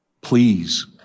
Please